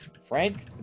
Frank